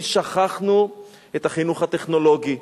כי שכחנו את החינוך הטכנולוגי.